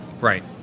Right